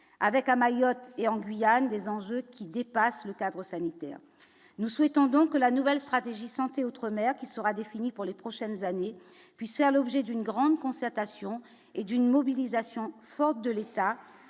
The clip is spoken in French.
avec à Mayotte et en Guyane des enjeux qui dépassent le cadre sanitaire, nous souhaitons donc que la nouvelle stratégie santé outre-mer qui sera défini pour les prochaines années, puisse faire l'objet d'une grande concertation et d'une mobilisation forte de l'État